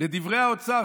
לדברי האוצר,